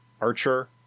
archer